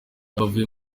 avuye